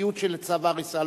החוקיות של צו ההריסה.